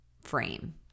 frame